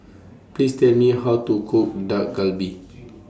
Please Tell Me How to Cook Dak Galbi